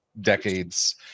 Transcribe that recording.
decades